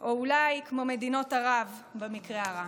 או אולי כמו מדינות ערב במקרה הרע.